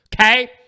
okay